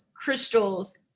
crystals